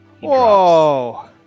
Whoa